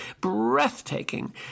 breathtaking